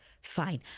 fine